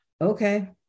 okay